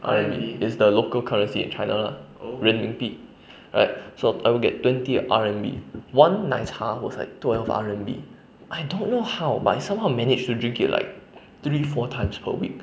R_M_B is the local currency in china ah 人民币 right so I will get twenty R_M_B one 奶茶 was like twelve R_M_B I don't know how but I somehow manage to drink it like three four times per week